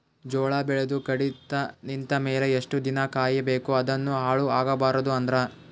ಜೋಳ ಬೆಳೆದು ಕಡಿತ ನಿಂತ ಮೇಲೆ ಎಷ್ಟು ದಿನ ಕಾಯಿ ಬೇಕು ಅದನ್ನು ಹಾಳು ಆಗಬಾರದು ಅಂದ್ರ?